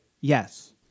Yes